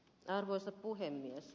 arvoisa puhemies